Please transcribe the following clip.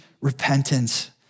repentance